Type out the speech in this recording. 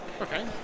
Okay